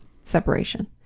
separation